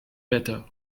better